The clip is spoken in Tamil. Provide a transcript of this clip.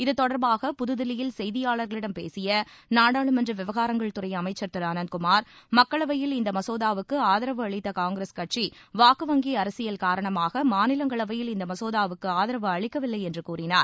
இத்தொடர்பாக புத்தில்லியில் செய்தியாளர்களிடம் பேசிய நாடாளுமன்ற விவகாரங்கள் துறை அமைக்சள் திரு அனந்த்குமார் மக்களவையில் இந்த மசோதாவுக்கு ஆதரவு அளித்த காங்கிரஸ் கட்சி வாக்கு வங்கி அரசியல் காரணமாக மாநிலங்களவையில் இந்த மசோதாவுக்கு ஆதரவு அளிக்கவில்லை என்று கூறினார்